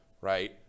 right